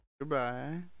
Goodbye